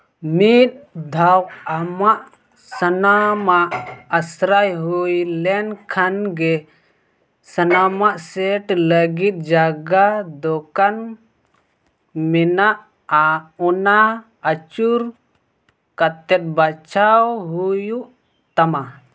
ᱢᱤᱫ ᱫᱷᱟᱣ ᱟᱢᱟᱜ ᱥᱟᱱᱟᱢᱟᱜ ᱟᱥᱨᱟᱭ ᱦᱩᱭ ᱞᱮᱱᱠᱷᱟᱱ ᱜᱮ ᱥᱟᱱᱟᱢᱟᱜ ᱥᱮᱹᱴ ᱞᱟᱹᱜᱤᱫ ᱡᱟᱭᱜᱟ ᱫᱚᱠᱟᱱ ᱢᱮᱱᱟᱜᱼᱟ ᱚᱱᱟ ᱟᱹᱪᱩᱨ ᱠᱟᱛᱮᱫ ᱵᱟᱪᱷᱟᱣ ᱦᱩᱭᱩᱜ ᱛᱟᱢᱟ